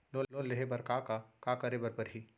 Loan लेहे बर का का का करे बर परहि?